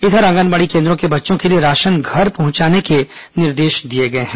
इधर आंगनबाड़ी केन्द्रों के बच्चों के लिए राशन घर पहुंचाने के निर्देश दिए गए हैं